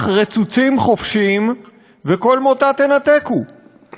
אני חושב שהמילים של ישעיהו הן המילים שמתאימות למה שקורה כאן.